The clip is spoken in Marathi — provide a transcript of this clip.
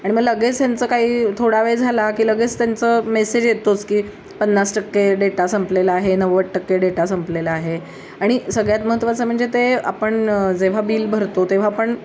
आणि मग लगेच त्यांचं काही थोडा वेळ झाला की लगेच त्यांचं मेसेज येतोच की पन्नास टक्के डेटा संपलेला आहे नव्वद टक्के डेटा संपलेला आहे आणि सगळ्यात महत्त्वाचं म्हणजे ते आपण जेव्हा बिल भरतो तेव्हा आपण